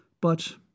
But